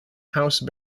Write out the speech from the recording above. house